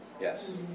Yes